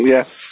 Yes